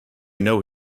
know